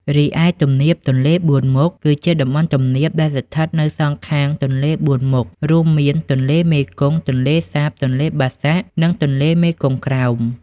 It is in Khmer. រីឯ ទំនាបទន្លេបួនមុខ គឺជាតំបន់ទំនាបដែលស្ថិតនៅសងខាងទន្លេបួនមុខ រួមមានទន្លេមេគង្គ ទន្លេសាប ទន្លេបាសាក់ និងទន្លេមេគង្គក្រោម។